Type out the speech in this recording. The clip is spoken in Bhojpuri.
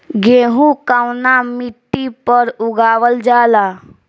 गेहूं कवना मिट्टी पर उगावल जाला?